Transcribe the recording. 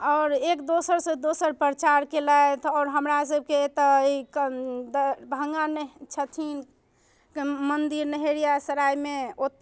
आओर एक दोसरसँ दोसर प्रचार केलथि आओर हमरा सभके एतऽ दरभङ्गामे छथिन मन्दिर लहेरियासरायमे ओतऽ